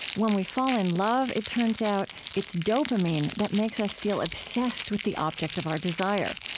when we fall in love, it turns out, it's dopamine that makes us feel obsessed with the object of our desire,